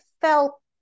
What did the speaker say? felt